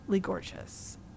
gorgeous